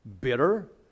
Bitter